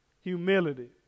humility